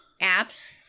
Apps